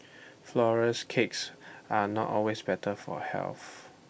Flourless Cakes are not always better for health